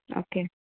okay